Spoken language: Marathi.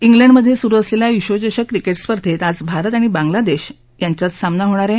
इंग्लंडमध्ये सुरू असलेल्या विश्वचषक क्रिकेट स्पर्धेत आज भारत आणि बांगलादेश संघात सामना होणार आहे